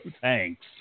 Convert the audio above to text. thanks